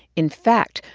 in fact,